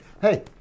Hey